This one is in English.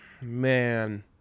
man